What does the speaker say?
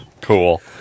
Cool